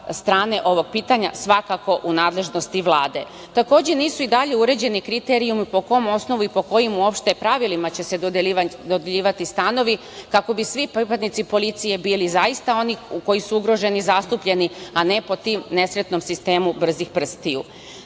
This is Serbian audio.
strane ovog pitanja svakako u nadležnosti Vlade. Takođe, nisu i dalje uređeni kriterijumi po kom osnovu i po kojim uopšte pravilima će se dodeljivati stanovi kako bi svi pripadnici policije bili zaista oni koji su ugroženi zastupljeni, a ne po tom nesretnom sistemu brzih prstiju. Na